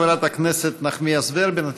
חברת הכנסת נחמיאס ורבין,